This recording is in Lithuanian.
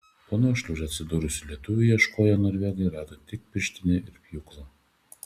po nuošliauža atsidūrusių lietuvių ieškoję norvegai rado tik pirštinę ir pjūklą